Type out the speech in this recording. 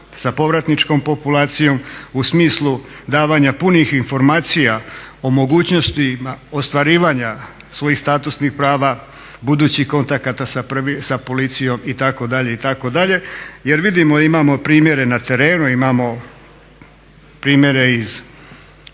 sa povratničkom populacijom u smislu davanja punih informacija o mogućnostima ostvarivanjima svojih statusnih prava, budućih kontakata sa policijom itd. itd. Jer vidimo, imamo primjere na terenu, imamo primjere iz